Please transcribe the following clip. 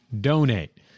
donate